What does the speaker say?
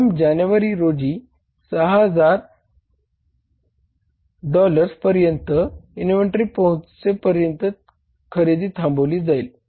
प्रथम जानेवारी रोजी 6000 डॉलर्स पर्यंत इन्व्हेंटरी पोहचेपर्यंत खरेदी थांबवली जाईल